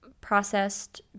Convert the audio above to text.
processed